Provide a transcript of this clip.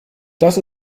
das